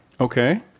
Okay